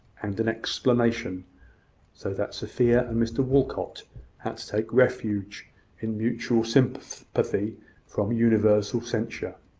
and an explanation so that sophia and mr walcot had to take refuge in mutual sympathy sympathy from universal censure.